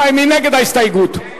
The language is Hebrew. מי נגד ההסתייגות?